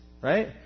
right